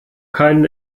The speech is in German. keinen